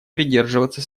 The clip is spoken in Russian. придерживаться